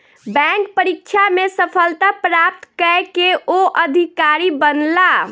bank परीक्षा में सफलता प्राप्त कय के ओ अधिकारी बनला